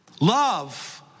Love